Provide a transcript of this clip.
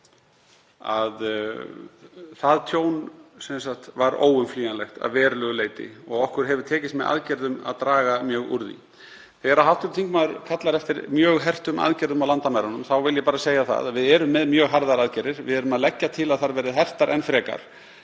það tjón var óumflýjanlegt að verulegu leyti og okkur hefur með aðgerðum tekist að draga mjög úr því. Þegar hv. þingmaður kallar eftir mjög hertum aðgerðum á landamærunum vil ég segja að við erum með mjög harðar aðgerðir. Við erum að leggja til að þær verði hertar enn frekar.